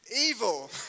evil